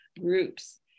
groups